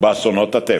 ישראל.